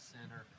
Center